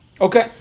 Okay